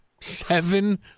Seven